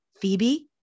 phoebe